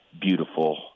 beautiful